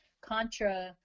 contra